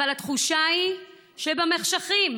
אבל התחושה היא שבמחשכים